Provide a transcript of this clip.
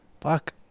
fuck